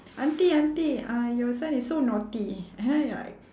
auntie auntie uh your son is so naughty and then you're like